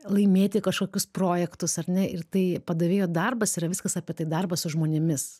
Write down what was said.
laimėti kažkokius projektus ar ne ir tai padavėjo darbas yra viskas apie tai darbas su žmonėmis